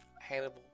Hannibal